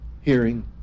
hearing